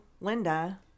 Linda